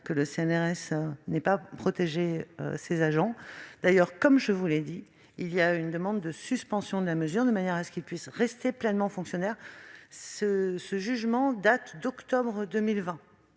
que le CNRS n'a pas protégé ses agents. D'ailleurs, comme je vous l'ai dit, il y a une demande de suspension de la mesure de manière à ce qu'ils puissent rester pleinement fonctionnaires. Le jugement date d'octobre 2020.